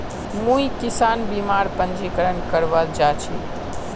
मुई किसान बीमार पंजीकरण करवा जा छि